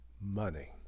money